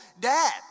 dad